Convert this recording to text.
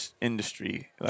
Industry